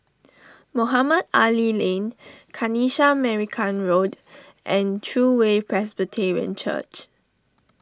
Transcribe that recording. Mohamed Ali Lane Kanisha Marican Road and True Way Presbyterian Church